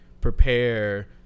prepare